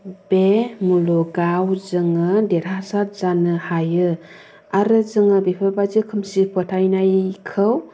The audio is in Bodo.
बे मुलुगाव जोङो देरहासार जानो हायो आरो जोङो बेफोरबायदि खोमसि फोथायनायखौ